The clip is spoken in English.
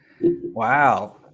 Wow